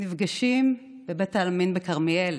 נפגשים בבית העלמין בכרמיאל